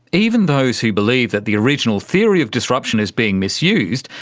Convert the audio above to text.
even those who believe that the original theory of disruption is being misused,